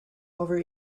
over